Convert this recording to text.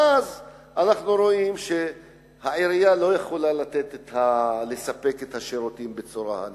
ואז אנחנו רואים שהעירייה לא יכולה לספק את השירותים בצורה נכונה,